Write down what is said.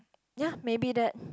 ya maybe that